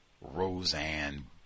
Roseanne